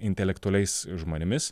intelektualiais žmonėmis